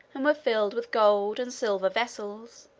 and were filled with gold and silver vessels,